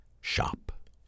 shop